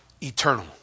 eternal